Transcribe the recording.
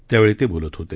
त्यावेळी ते बोलत होते